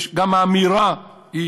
גם האמירה היא,